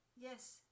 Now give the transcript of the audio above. yes